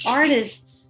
artists